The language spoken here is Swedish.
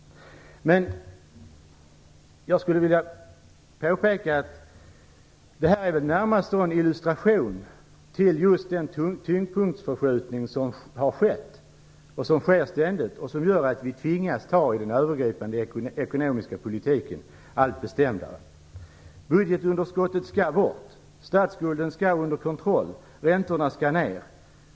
Men jag vill påpeka att detta närmast är en illustration till just den tyngdpunktsförskjutning som har skett och som ständigt sker, vilket gör att vi tvingas att ta den ekonomiska politiken alltmer bestämt. Budgetunderskottet skall bort, statsskulden skall vara under kontroll och räntorna skall ner.